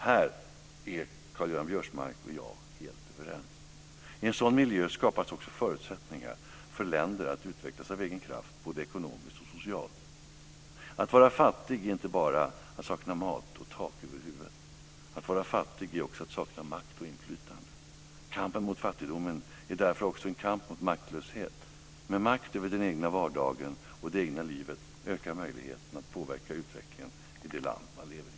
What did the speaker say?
Här är Karl-Göran Biörsmark och jag helt överens. I en sådan miljö skapas också förutsättningar för länder att utvecklas av egen kraft, både ekonomiskt och socialt. Att vara fattig är inte bara att sakna mat och tak över huvudet. Att vara fattig är också att sakna makt och inflytande. Kampen mot fattigdomen är därför också en kamp mot maktlöshet. Med makt över den egna vardagen och det egna livet ökar möjligheten att påverka utvecklingen i det land man lever i.